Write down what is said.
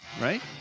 right